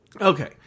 okay